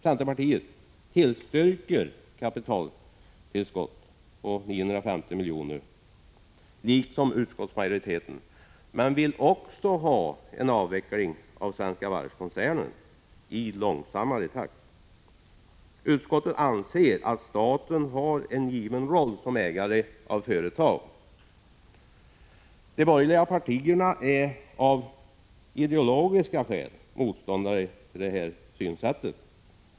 Centerpartiet tillstyrker kapitaltillskott på 950 milj.kr., liksom utskottsmajoriteten, men vill också ha en avveckling av Svenska Varv-koncernen i långsammare takt. Utskottet anser att staten har en given roll som ägare av företag. De borgerliga partierna är av ideologiska skäl motståndare till detta synsätt.